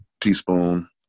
teaspoon